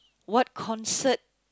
what concert